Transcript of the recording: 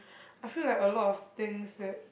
I feel like a lot of things that